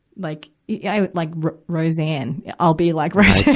like, yeah like roseanne. i'll be like roseanne.